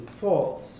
false